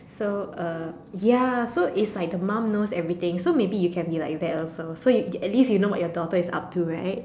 so uh ya so it's like the mum knows everything so maybe you can be like that also so at least you know what your daughter is up to right